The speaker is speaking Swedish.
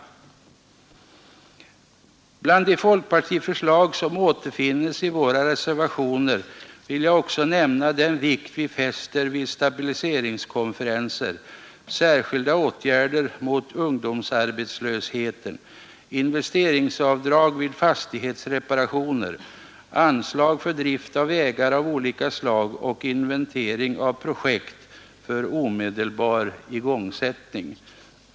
Bland de folkpartiförslag som återfinns i våra reservationer vill jag också nämna stabiliseringskonferenser, särskilda åtgärder mot ungdomsar betslösheten, investeringsavdrag vid fastighetsreparationer, anslag för drift av vägar av olika slag och inventering av projekt för omedelbar igångsättning.